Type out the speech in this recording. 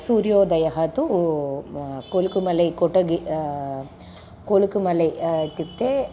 सूर्योदयः तु कुल्कुमलै कोटगि कुलुकुमलै इत्युक्ते